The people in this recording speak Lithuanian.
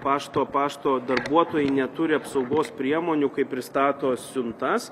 pašto pašto darbuotojai neturi apsaugos priemonių kai pristato siuntas